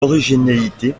originalité